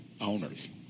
owners